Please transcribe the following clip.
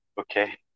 Okay